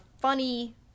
funny